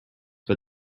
but